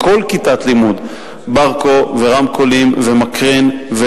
בכל כיתת לימוד ברקו ורמקולים ומקרן,